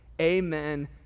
Amen